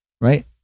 Right